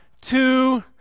two